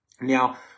Now